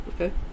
Okay